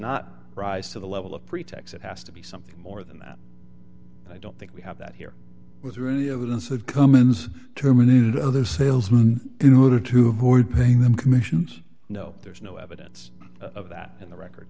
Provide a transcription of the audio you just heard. not rise to the level of pretext it has to be something more than that and i don't think we have that here was really evidence of commands terminated other salesman in order to who are paying them commissions no there's no evidence of that in the record